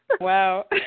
Wow